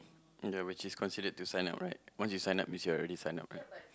I know which is considered to sign up right once you sign up means you're already sign up